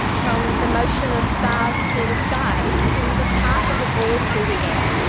from the motion of stars through the sky, to the path of a ball through the air.